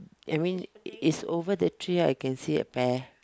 I mean it's over the tree I can see a bear